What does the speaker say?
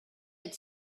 had